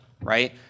right